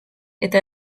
eta